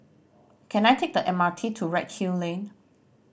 can I take the M R T to Redhill Lane